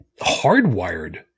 hardwired